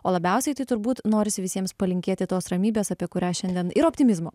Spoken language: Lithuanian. o labiausiai tai turbūt norisi visiems palinkėti tos ramybės apie kurią šiandien ir optimizmo